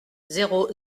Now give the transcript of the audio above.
zéro